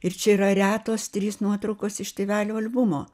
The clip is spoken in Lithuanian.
ir čia yra retos trys nuotraukos iš tėvelių albumo